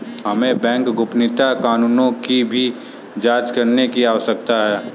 हमें बैंक गोपनीयता कानूनों की भी जांच करने की आवश्यकता है